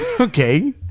Okay